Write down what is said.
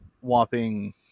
whopping